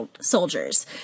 soldiers